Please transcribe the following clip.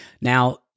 Now